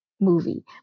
movie